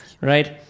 Right